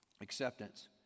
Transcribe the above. Acceptance